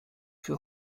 für